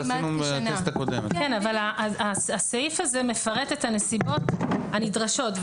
כן, אבל הסעיף הזה מפרט את הנסיבות הנדרשות.